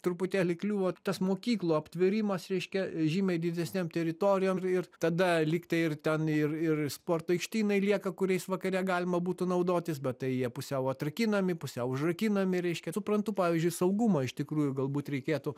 truputėlį kliūva tas mokyklų aptvėrimas reiškia žymiai didesnėm teritorijom ir tada lyg tai ir ten ir ir sporto aikštynai lieka kuriais vakare galima būtų naudotis bet tai jie pusiau atrakinami pusiau užrakinami reiškia suprantu pavyzdžiui saugumo iš tikrųjų galbūt reikėtų